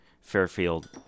Fairfield